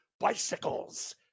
bicycles